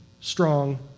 strong